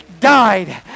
died